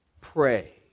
Pray